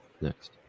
next